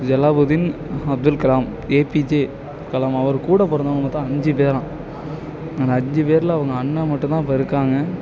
Jalaluddin Abdul Kalam APJ Kalam அவர் கூட பிறந்தவங்க மொத்தம் அஞ்சு பேராம் அந்த அஞ்சு பேர்ல அவங்க அண்ணன் மட்டுந்தான் இப்போ இருக்காங்க